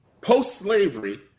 post-slavery